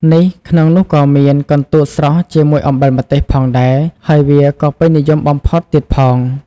នេះក្នុងនោះក៏មាន កន្ទួតស្រស់ជាមួយអំបិលម្ទេស ផងដែរ ហើយវាក៏ពេញនិយមបំផុតទៀតផង។